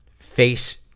face